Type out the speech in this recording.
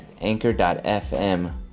anchor.fm